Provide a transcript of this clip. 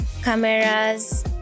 cameras